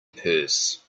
purse